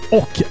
och